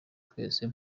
twese